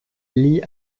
lee